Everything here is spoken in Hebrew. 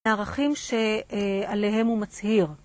מערכים שעליהם הוא מצהיר.